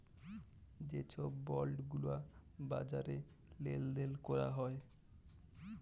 যে ছব বল্ড গুলা বাজারে লেল দেল ক্যরা হ্যয়